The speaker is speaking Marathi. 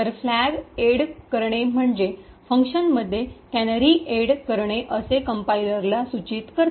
तर फ्लैग एड करणे म्हणजे फंक्शनमध्ये कॅनरी एड करणे असे कंपाईलरला सूचित करते